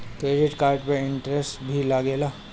Credit card पे interest भी लागेला?